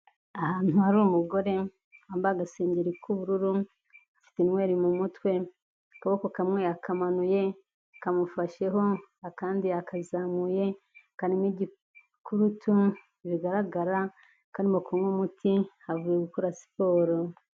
Ahantu hari umugore, wambaye agasengeri k'ubururu, afite inweri mu mutwe, akaboko kamwe yakamanuye, kamufasheho, akandi yakazamuye, karimo igikurutu, bigaragara ko arimo kunywa umuti, avuye gukora siporo.